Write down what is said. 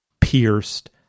pierced